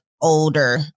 older